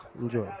enjoy